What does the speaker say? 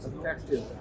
effective